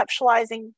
conceptualizing